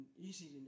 easy